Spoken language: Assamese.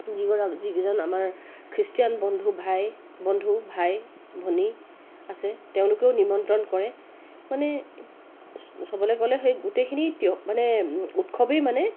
যিগৰা যিজন আমাৰ খ্ৰীষ্টিয়ান বন্ধু ভাই বন্ধু ভাই ভনী আছে তেওঁলোকেও নিমন্ত্ৰণ কৰে মানে চাবলৈ গ'লে সেই গোটেইখিনি মানে উৎসৱেই মানে